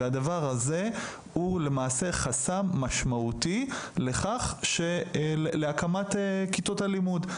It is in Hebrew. והדבר הזה הוא למעשה חסם משמעותי להקמת כיתות הלימוד.